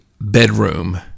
bedroom